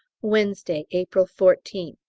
wednesday, april fourteenth.